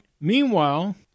Meanwhile